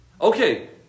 Okay